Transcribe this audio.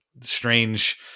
strange